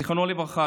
זיכרונו לברכה,